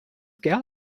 gal